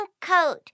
coat